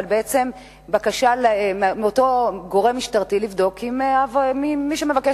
אבל בעצם בקשה מאותו גורם משטרתי לבדוק אם מי שמבקש